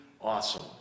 awesome